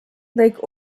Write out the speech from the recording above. lake